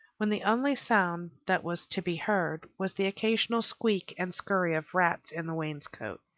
when the only sound that was to be heard was the occasional squeak and scurry of rats in the wainscot.